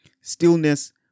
Stillness